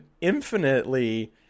infinitely